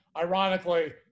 ironically